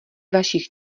vašich